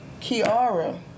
Kiara